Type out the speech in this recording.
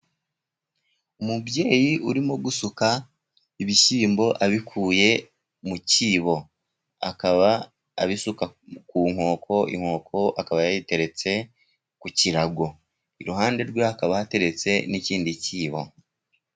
Umubyeyi urimo gusuka ibishyimbo abikuye mu cyibo. Akaba abisuka ku nkoko. Inkoko akaba yayiteretse ku kirago iruhande rwe, hakaba hateretse n'ikindi cyibo.